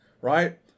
right